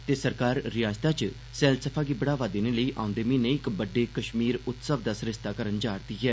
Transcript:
सरकार रयासतै च सैलसफा गी बढ़ावा देने लेई औंदे म्हीने इक बड्डे 'कश्मीर उत्सव दा सरिस्ता करने जा'रदी ए